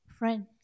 Friends